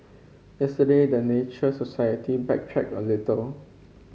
yesterday the Nature Society backtracked a little